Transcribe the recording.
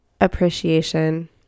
appreciation